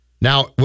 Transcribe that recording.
Now